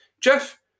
Jeff